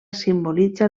simbolitza